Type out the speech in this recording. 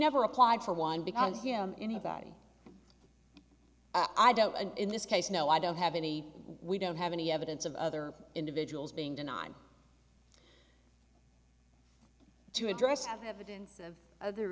never applied for one because him anybody i don't in this case know i don't have any we don't have any evidence of other individuals being denied to address have evidence of other